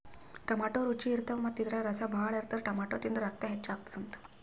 tomato ರುಚಿ ಇರ್ತವ್ ಮತ್ತ್ ಇದ್ರಾಗ್ ರಸ ಭಾಳ್ ಇರ್ತದ್ ಟೊಮ್ಯಾಟೋ ತಿಂದ್ರ್ ರಕ್ತ ಹೆಚ್ಚ್ ಆತದ್ ಅಂತಾರ್